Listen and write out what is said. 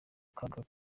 kaga